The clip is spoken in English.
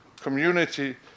community